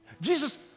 Jesus